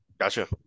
Gotcha